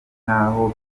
nk’aho